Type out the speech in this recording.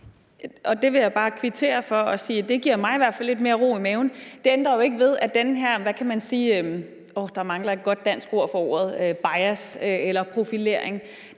Det vil jeg bare kvittere for, og jeg vil sige, at det i hvert fald giver mig lidt mere ro i maven. Det ændrer jo ikke ved, at den her – der mangler et godt dansk ord for det – bias eller profilering